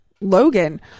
Logan